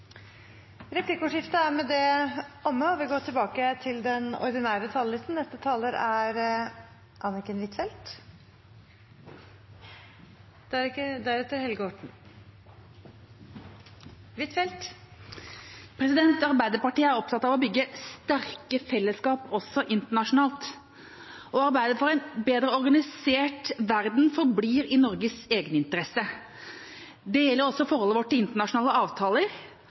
Replikkordskiftet er omme. Arbeiderpartiet er opptatt av å bygge sterke fellesskap, også internasjonalt. Å arbeide for en bedre organisert verden forblir i Norges egeninteresse. Det gjelder også forholdet vårt til internasjonale avtaler